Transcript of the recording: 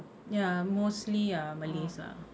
ya mostly are malays lah